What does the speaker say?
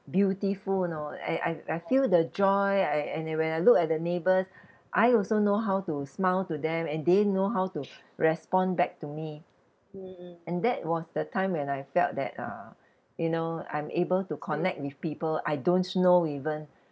beautiful you know I I I feel the joy a~ and then when I look at the neighbours I also know how to smile to them and they know how to respond back to me and that was the time when I felt that uh you know I'm able to connect with people I don't know even